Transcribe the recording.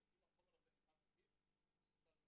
אם החומר הזה נכנס לפיו זה מסוכן מאוד,